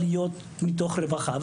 עליות מתוך רווחה גם של יהדות אירופה,